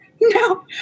no